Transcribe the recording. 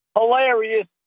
Hilarious